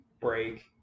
break